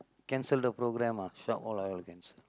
cancel the programme ah shop all I will cancel